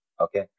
okay